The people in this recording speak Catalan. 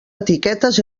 etiquetes